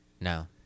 No